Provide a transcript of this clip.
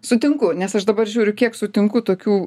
sutinku nes aš dabar žiūriu kiek sutinku tokių